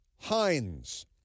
Heinz